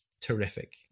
terrific